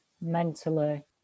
mentally